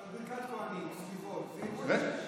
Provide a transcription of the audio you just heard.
אבל ברכת כוהנים, סליחות, זה אירוע דתי.